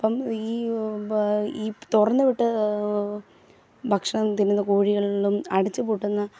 അപ്പം ഈ ഈ തുറന്ന് വിട്ട് ഭക്ഷണം തിന്നുന്ന കോഴികൾളും അടച്ച് പൂട്ടുന്ന